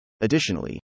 Additionally